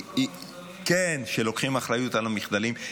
שלוקחים אחריות על המחדלים.